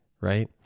right